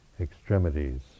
extremities